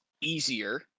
easier